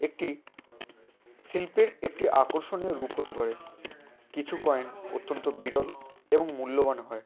একটি শিল্পের একটি আকর্ষণীয় রূপ হতে পারে কিছু কয়েন অত্যন্ত বিরল এবং মূল্যবানও হয়